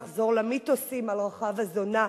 נחזור למיתוסים על רחב הזונה.